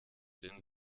den